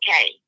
okay